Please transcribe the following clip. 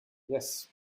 yes